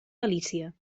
galícia